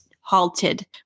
halted